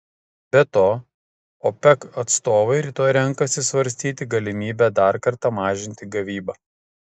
be to opec atstovai rytoj renkasi svarstyti galimybę dar kartą mažinti gavybą